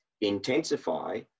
intensify